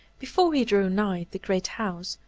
before he drew nigh the great house,